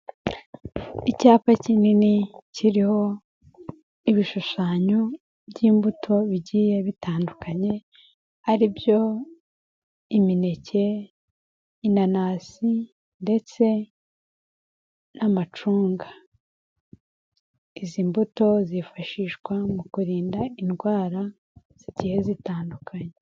Icyapa kinini kiriho ibishushanyo by'imbuto bigiye bitandukanye ari byo imineke, inanasi ndetse n'amacunga, izi mbuto zifashishwa mu kurinda indwara zigiye zitandukanye.